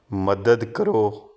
ਮਦਦ ਕਰੋ